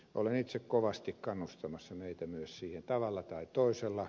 olen itse kovasti kannustamassa meitä myös siihen tavalla tai toisella